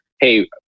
hey